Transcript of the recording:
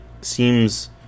seems